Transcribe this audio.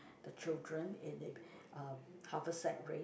the children in a uh haversack race